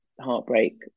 heartbreak